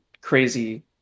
crazy